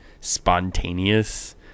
spontaneous